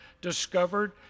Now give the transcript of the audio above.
discovered